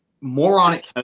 moronic